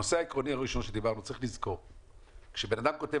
הנושא העקרוני הראשון שדיברנו עליו כשבן אדם כותב,